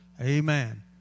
Amen